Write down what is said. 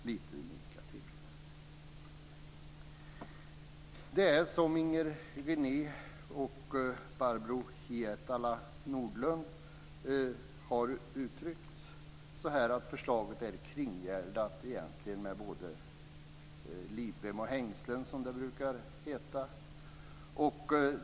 Det är egentligen så, som Inger René och Barbro Hietala Nordlund har uttryckt det, att förslaget är försett med både livrem och hängslen.